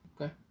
Okay